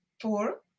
Four